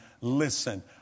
listen